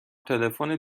تلفن